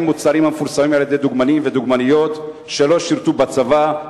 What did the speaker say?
מוצרים המפורסמים על-ידי דוגמנים ודוגמניות שלא שירתו בצבא,